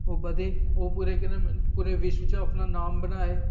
ओह् बदे पूरे विश्व च अपना नाम बनाए